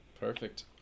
Perfect